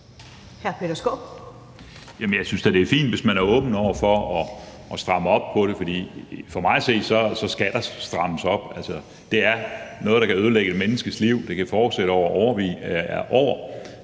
jeg synes da, det er fint, hvis man er åben over for at stramme op på det, for for mig at se skal der strammes op. Altså, det er noget, der kan ødelægge et menneskes liv, og det kan fortsætte i årevis og gå ud over